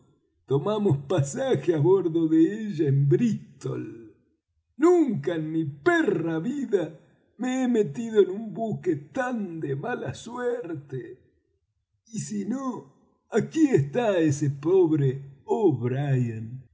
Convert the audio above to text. tomamos pasaje á bordo de ella en brístol nunca en mi perra vida me he metido en un buque tan de mala suerte y si no aquí está ese pobre o'brien ya